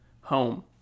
Home